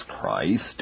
Christ